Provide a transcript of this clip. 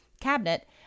cabinet